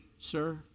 sir